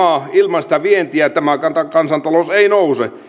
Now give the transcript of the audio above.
maa ilman sitä vientiä tämä kansantalous ei nouse